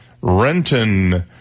Renton